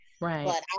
right